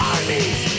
Armies